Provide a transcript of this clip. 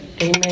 Amen